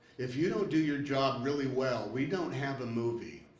if you don't do your job really well, we don't have a movie.